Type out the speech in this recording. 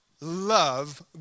love